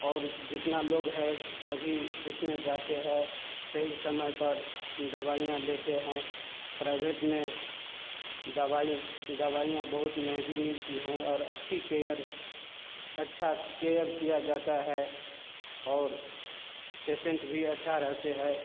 और जितना लोग है सभी उसमें जाते हैं सही समय पर दवाईयाँ लेते हैं प्राइभेट में दवाई दवाईयाँ बहुत महंगी मिलती हैं और अच्छी केयर अच्छा केयर किया जाता है और पेसेंट भी अच्छा रहते हैं